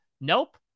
nope